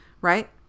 Right